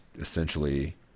essentially